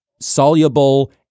soluble